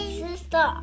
sister